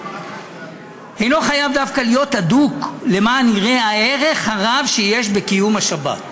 הוא אינו חייב "להיות דווקא אדוק למען יראה הערך הרב שיש בקיום השבת".